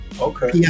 okay